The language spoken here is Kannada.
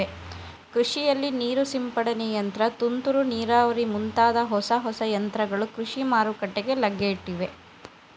ಕೃಷಿಯಲ್ಲಿ ನೀರು ಸಿಂಪಡನೆ ಯಂತ್ರ, ತುಂತುರು ನೀರಾವರಿ ಮುಂತಾದ ಹೊಸ ಹೊಸ ಯಂತ್ರಗಳು ಕೃಷಿ ಮಾರುಕಟ್ಟೆಗೆ ಲಗ್ಗೆಯಿಟ್ಟಿವೆ